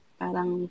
parang